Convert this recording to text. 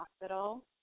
hospital